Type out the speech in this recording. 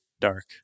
dark